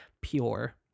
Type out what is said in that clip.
pure